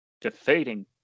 defeating